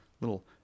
little